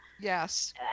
Yes